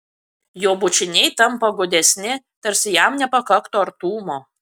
jo bučiniai tampa godesni tarsi jam nepakaktų artumo